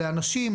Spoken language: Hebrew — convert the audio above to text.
לאנשים,